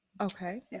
Okay